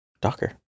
Docker